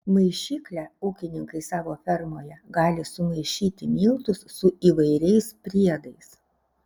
maišykle ūkininkai savo fermoje gali sumaišyti miltus su įvairiais priedais